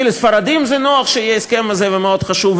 כי לספרדים זה נוח שיהיה ההסכם הזה ומאוד חשוב,